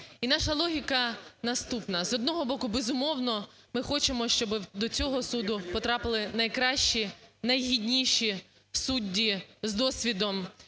І наша логіка наступна. З одного боку, безумовно, ми хочемо, щоби до цього соду потрапили найкращі, найгідніші судді, з досвідом,